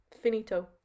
Finito